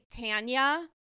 Tanya